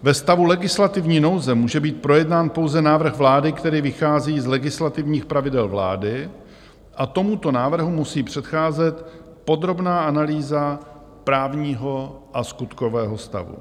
Ve stavu legislativní nouze může být projednán pouze návrh vlády, který vychází z legislativních pravidel vlády, a tomuto návrhu musí předcházet podrobná analýza právního a skutkového stavu.